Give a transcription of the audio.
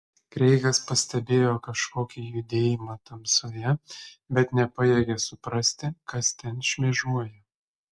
kreigas pastebėjo kažkokį judėjimą tamsoje bet nepajėgė suprasti kas ten šmėžuoja